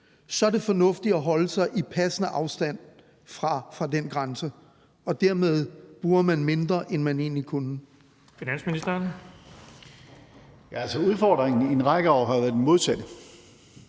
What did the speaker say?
så er det fornuftigt at holde sig i passende afstand fra den grænse. Og dermed bruger man mindre, end man egentlig kunne.